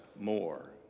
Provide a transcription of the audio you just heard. more